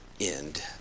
end